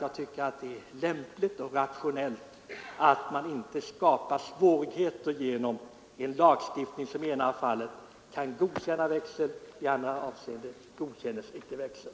Jag tycker det är lämpligt och rationellt att inte skapa svårigheter genom en lagstiftning, som i det ena avseendet godkänner betalning med växel men i det andra avseendet icke godkänner betalning med växel.